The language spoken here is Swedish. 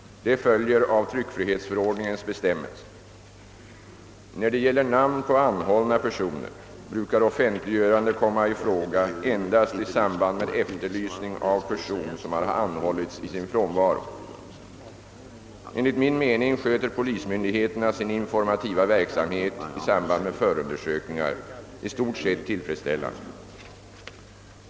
Detta följer av tryckfrihetsförordningens bestämmelser. När det gäller namn på anhållna personer brukar offentliggörande komma i fråga endast i samband med efterlysning av person som har anhållits 1 sin frånvaro. Enligt min mening sköter polismyn digheterna sin informativa verksamhet i samband med förundersökningar i stort sett tillfredsställande.